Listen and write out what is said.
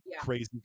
crazy